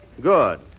Good